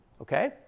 Okay